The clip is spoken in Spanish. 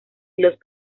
los